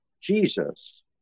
Jesus